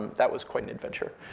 that was quite an adventure.